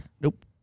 Nope